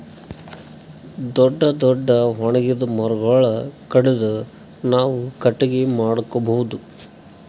ದೊಡ್ಡ್ ದೊಡ್ಡ್ ಒಣಗಿದ್ ಮರಗೊಳ್ ಕಡದು ನಾವ್ ಕಟ್ಟಗಿ ಮಾಡ್ಕೊಬಹುದ್